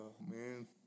man